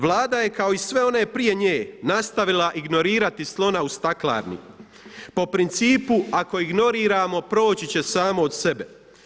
Vlada je kao i sve one prije nje nastavila ignorirati slona u staklarni po principu ako ignoriramo proći će samo od sebe.